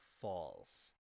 false